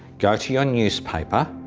go to your newspaper,